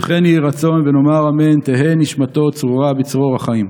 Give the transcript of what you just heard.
וכן יהי רצון ונאמר אמן." תהא נשמתו צרורה בצרור החיים.